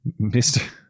Mr